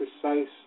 precise